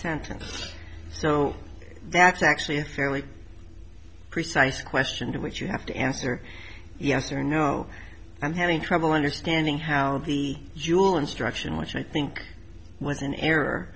sentence so that's actually a fairly precise question to which you have to answer yes or no i'm having trouble understanding how the you'll instruction which i think was an error